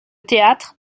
théâtre